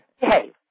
Behave